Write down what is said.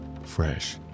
fresh